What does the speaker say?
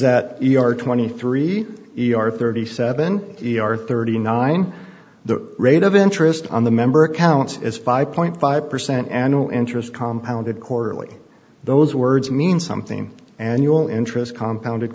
that you are twenty three thirty seven e r thirty nine the rate of interest on the member accounts is five point five percent annual interest compound it quarterly those words mean something annual interest compound